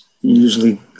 usually